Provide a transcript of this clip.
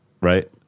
right